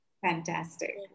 Fantastic